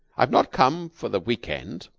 i've not come for the weekend.